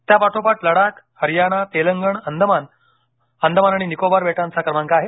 त्यापाठोपाठ लडाख हरियाणा तेलंगण अंदमान आणि निकोबर बेटांचा क्रमांक आहे